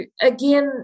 again